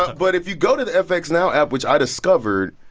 but if you go to the fxnow app, which i discovered,